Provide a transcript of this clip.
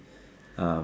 um